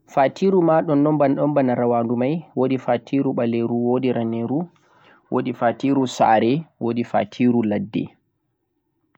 fatiruu maa wodi fatiruu ɓaleru, wodi raneruu, wodi fatiruu sare wodibo fatruu ladde